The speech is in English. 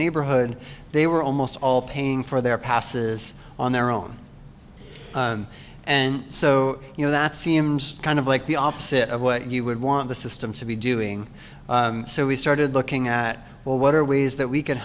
neighborhood they were almost all paying for their passes on their own and so you know that seems kind of like the opposite of what you would want the system to be doing so we started looking at well what are ways that we can